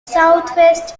southwest